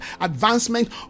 advancement